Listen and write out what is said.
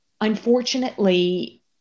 Unfortunately